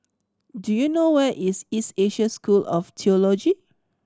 do you know where is East Asia School of Theology